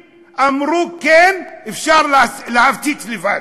אמרו: כן, אפשר להפציץ לבד.